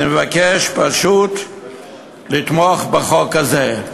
אני מבקש פשוט לתמוך בחוק הזה.